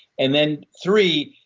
and then three,